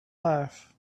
life